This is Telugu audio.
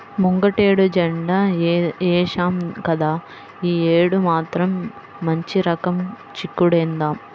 ముంగటేడు బెండ ఏశాం గదా, యీ యేడు మాత్రం మంచి రకం చిక్కుడేద్దాం